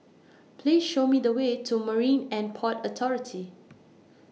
Please Show Me The Way to Marine and Port Authority